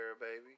baby